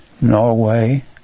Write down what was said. Norway